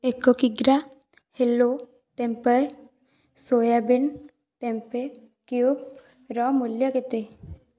ଏକ କିଗ୍ରା ହ୍ୟାଲୋ ଟେମ୍ପାୟ ସୋୟାବିନ୍ ଟେମ୍ପେ କ୍ୟୁବ୍ର ମୂଲ୍ୟ କେତେ